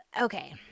okay